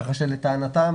כך שלטענתם,